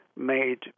made